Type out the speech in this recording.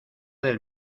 del